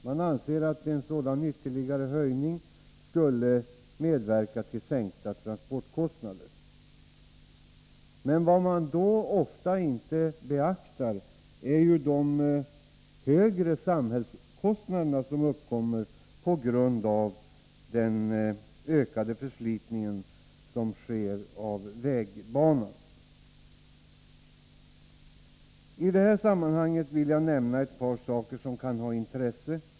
Man anser att en sådan ytterligare höjning skulle medverka till sänkta transportkostnader. Men vad man då ofta inte beaktar är de högre samhällskostnader som uppkommer på grund av den ökade förslitningen av vägbanan. I detta sammanhang vill jag nämna ett par saker som kan ha intresse.